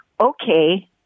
okay